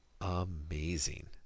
Amazing